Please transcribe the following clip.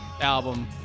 album